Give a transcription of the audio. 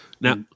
Now